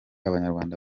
abanyarwanda